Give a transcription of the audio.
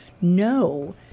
No